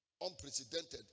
unprecedented